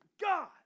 God